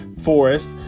Forest